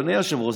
אדוני היושב-ראש,